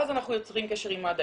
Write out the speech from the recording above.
ואז אנחנו יוצרים קשר עם מד"א,